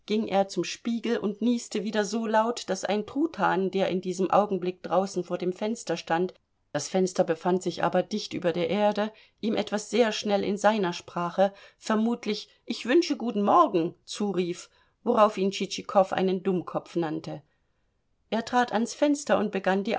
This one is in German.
ging er zum spiegel und nieste wieder so laut daß ein truthahn der in diesem augenblick draußen vor dem fenster stand das fenster befand sich aber dicht über der erde ihm etwas sehr schnell in seiner sprache vermutlich ich wünsche guten morgen zurief worauf ihn tschitschikow einen dummkopf nannte er trat ans fenster und begann die